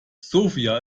sofia